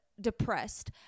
depressed